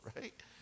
right